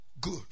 good